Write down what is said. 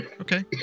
Okay